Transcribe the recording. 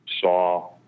saw